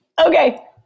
Okay